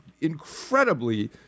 incredibly